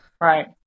right